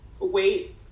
wait